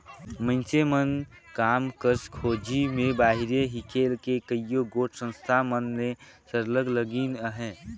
मइनसे मन काम कर खोझी में बाहिरे हिंकेल के कइयो गोट संस्था मन में सरलग लगिन अहें